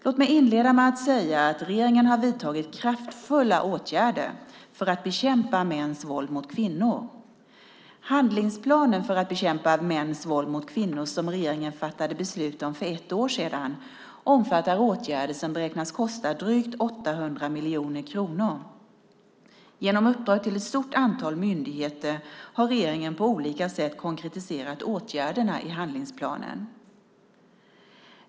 Låt mig inleda med att säga att regeringen har vidtagit kraftfulla åtgärder för att bekämpa mäns våld mot kvinnor. Handlingsplanen för att bekämpa mäns våld mot kvinnor som regeringen fattade beslut om för ett år sedan omfattar åtgärder som beräknas kosta drygt 800 miljoner kronor. Genom uppdrag till ett stort antal myndigheter har regeringen på olika sätt konkretiserat åtgärderna i handlingsplanen.